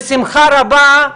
בשמחה רבה,